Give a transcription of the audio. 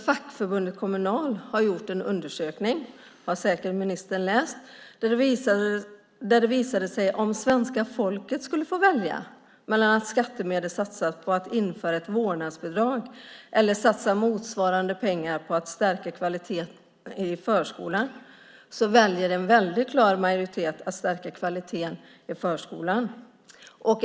Fackförbundet Kommunal har gjort en undersökning, som ministern säkert har läst, som visade att om svenska folket skulle få välja mellan att skattemedel satsas på att införa ett vårdnadsbidrag eller satsas på att stärka kvaliteten i förskolan väljer en väldigt klar majoritet att stärka kvaliteten i förskolan.